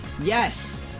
Yes